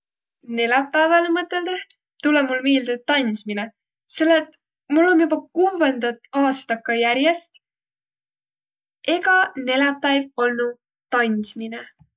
Neläpääväle mõtõldõh tulõ mul miilde tandsminõ, selle et mul om joba kuvvõndat aastakka järest ega neläpäiv olnuq tandsminõ.